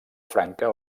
franca